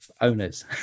owners